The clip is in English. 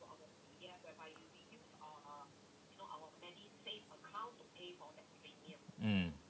mm